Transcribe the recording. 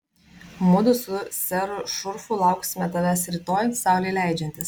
mudu su seru šurfu lauksime tavęs rytoj saulei leidžiantis